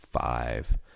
five